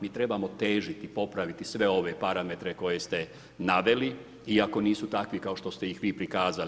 Mi trebamo težiti, popraviti sve ove parametre koje ste naveli, iako nisu takvi kao što ste ih vi prikazali.